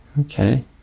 okay